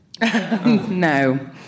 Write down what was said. No